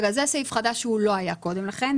זה סעיף חדש שלא היה קודם לכן.